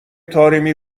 طارمی